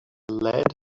lead